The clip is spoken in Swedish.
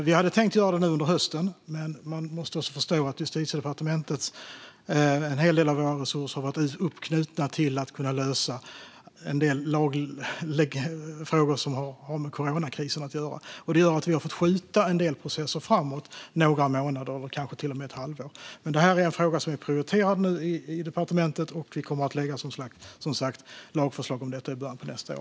Vi hade tänkt göra det nu under hösten, men man måste förstå att en hel del av våra resurser på Justitiedepartementet har varit uppknutna till att lösa en del frågor som har med coronakrisen att göra. Det gör att vi har fått skjuta en del processer framåt några månader och kanske till och med ett halvår. Men det här är en fråga som vi prioriterar nu i departementet, och vi kommer som sagt att lägga fram lagförslag om detta i början av nästa år.